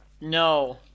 No